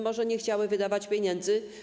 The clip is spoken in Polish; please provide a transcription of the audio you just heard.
Może nie chciały wydawać pieniędzy.